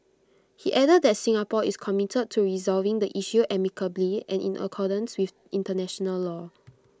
he added that Singapore is committed to resolving the issue amicably and in accordance with International law